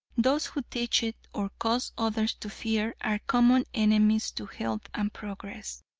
those who teach it, or cause others to fear are common enemies to health and progress.